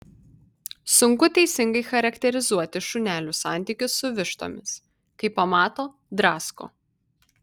sunku teisingai charakterizuoti šunelių santykius su vištomis kai pamato drasko